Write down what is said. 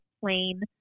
plain